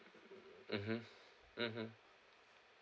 mmhmm mmhmm